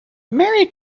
mary